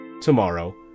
tomorrow